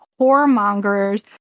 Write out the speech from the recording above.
whoremongers